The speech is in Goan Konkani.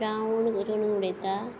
करून उडयता